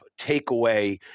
takeaway